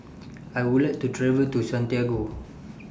I Would like to travel to Santiago